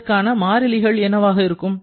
இதற்கான மாறிலிகள் என்னவாக இருக்கும்